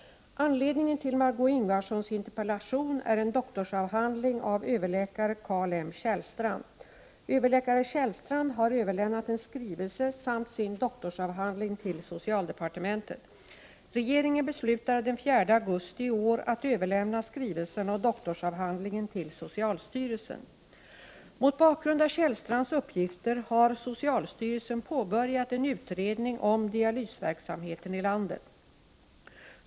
Anledningen till Margöé Ingvardssons interpellation är en doktorsavhandling av överläkare Carl M. Kjellstrand. Överläkare Kjellstrand har överlämnat en skrivelse samt sin doktorsavhandling till socialdepartementet. Regeringen beslutade den 4 augusti i år att överlämna skrivelsen och doktorsavhandlingen till socialstyrelsen. Mot bakgrund av Kjellstrands uppgifter har socialstyrelsen påbörjat en utredning om dialysverksamheten i landet.